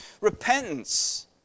repentance